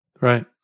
Right